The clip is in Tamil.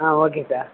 ah okay sir